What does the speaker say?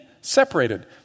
separated